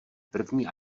první